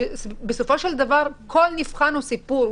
ובסופו של דבר כל נבחן הוא סיפור,